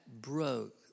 broke